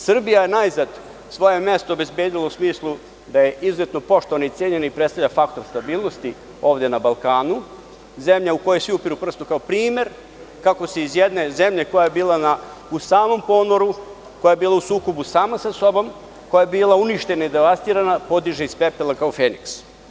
Srbija je najzad svoje mesto obezbedila u smislu da je izuzetno poštovana i cenjena i predstavlja faktor stabilnosti ovde na Balkanu, zemlja u koju svi upiru prst kao primer kako se iz jedne zemlje koja je bila u samom ponoru, koja je bila u sukobu sama sa sobom, koja je bila uništena i devastirana, podiže iz pepela kao Feniks.